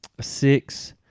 Six